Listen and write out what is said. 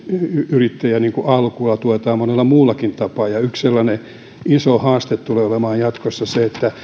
yrittäjän alkua tuetaan monella muullakin tapaa ja yksi sellainen iso haaste tulee olemaan jatkossa se